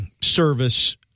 service